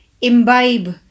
Imbibe